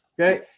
Okay